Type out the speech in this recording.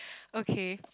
okay